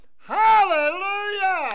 Hallelujah